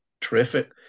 terrific